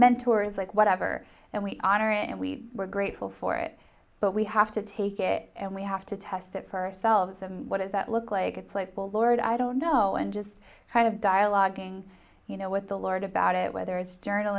mentors like whatever and we honor and we were grateful for it but we have to take it and we have to test it for ourselves and what does that look like it's like well lord i don't know and just kind of dialoging you know what the lord about it